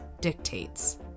dictates